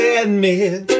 admit